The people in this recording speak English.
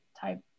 type